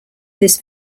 this